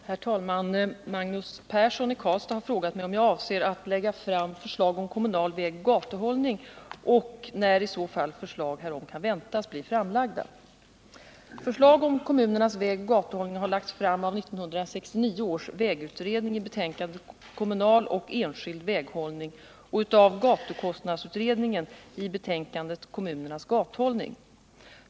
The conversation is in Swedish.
Herr talman! Magnus Persson har frågat mig om jag avser att lägga fram förslag om kommunal vägoch gatuhållning och när i så fall förslag härom kan väntas bli framlagda. Förslag om kommunernas vägoch gatuhållning har lagts fram av 1969 års vägutredning i betänkandet Kommunal och enskild väghållning och av gatukostnadsutredningen i betänkandet Kommunernas gatuhållning.